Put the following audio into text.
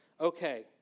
Okay